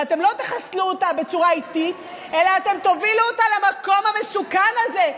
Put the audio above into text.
ואתם לא תחסלו אותה בצורה איטית אלא אתם תובילו אותה למקום המסוכן הזה.